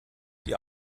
die